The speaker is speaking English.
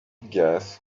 gas